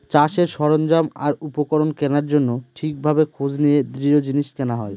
চাষের সরঞ্জাম আর উপকরণ কেনার জন্য ঠিক ভাবে খোঁজ নিয়ে দৃঢ় জিনিস কেনা হয়